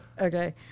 Okay